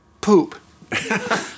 Poop